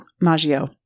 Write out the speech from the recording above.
Maggio